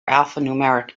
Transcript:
alphanumeric